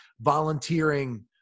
volunteering